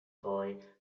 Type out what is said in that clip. boy